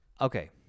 Okay